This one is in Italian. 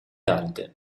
alte